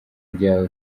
byawe